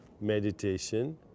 meditation